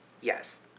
Yes